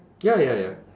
ya ya ya